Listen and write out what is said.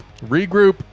Regroup